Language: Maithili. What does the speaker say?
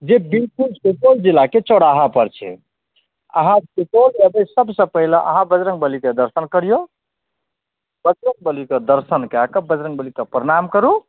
जे बिल्कुल सुपौल जिलाके चौराहा पर छै अहाँ सुपौल एबै सबसँ पहिला अहाँ बजरङ्ग बलीके दर्शन करिऔ बजरङ्ग बलीके दर्शन कए कऽ बजरङ्ग बलीकेँ प्रणाम करु